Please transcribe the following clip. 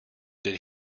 did